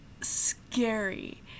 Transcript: scary